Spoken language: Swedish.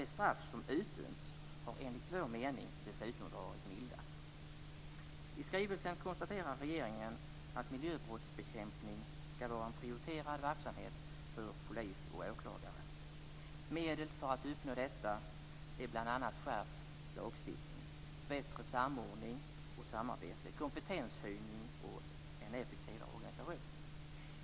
De straff som utdömts har, enligt vår mening, dessutom varit milda. I skrivelsen konstaterar regeringen att miljöbrottsbekämpning skall vara en prioriterad verksamhet för polis och åklagare. Medel för att uppnå detta är bl.a. skärpt lagstiftning, bättre samordning och samarbete, kompetenshöjning och en effektivare organisation.